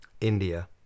India